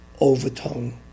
overtone